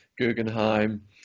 Guggenheim